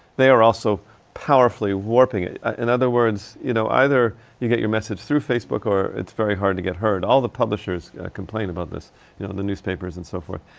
they are also powerfully warping it. ah in other words, you know, either you get your message through facebook or it's very hard to get heard. all the publishers ah complain about this. you know the newspapers and so forth.